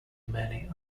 many